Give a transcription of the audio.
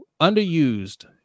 underused